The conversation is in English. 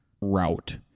route